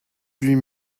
huit